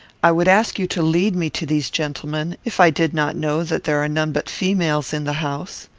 i would ask you to lead me to these gentlemen, if i did not know that there are none but females in the house.